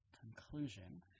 conclusion